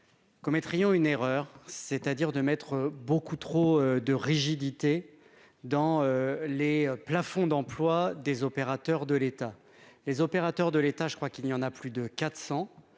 commettrions une erreur, c'est-à-dire de mettre beaucoup trop de rigidité dans les plafonds d'emplois des opérateurs de l'État, les opérateurs de l'État, je crois qu'il y en a plus de 400